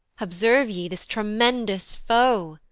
observe ye this tremendous foe,